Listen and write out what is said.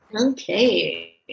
Okay